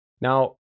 now